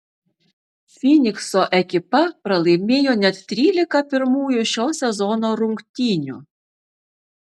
fynikso ekipa pralaimėjo net trylika pirmųjų šio sezono rungtynių